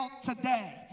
today